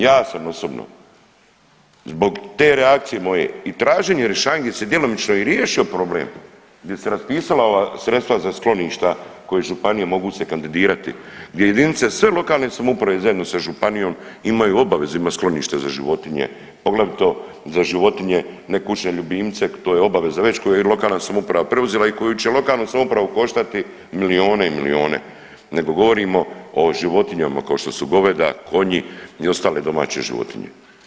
Ja sam osobno zbog te reakcije moje i traženje rješenja gdje se djelomično i riješio problem, gdje su se raspisala ova sredstva za skloništa koje županije mogu se kandidirati, gdje jedinice sve lokalne samouprave zajedno sa županijom imaju obavezu imat sklonište za životinje, poglavito za životinje, ne kućne ljubimce, to je obaveza već koju je lokalna samouprava preuzela i koja će lokalnu samoupravu koštati milijune i milijune nego govorimo o životinjama kao što su goveda, konji i ostale domaće životinje.